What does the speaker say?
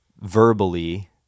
verbally